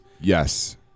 Yes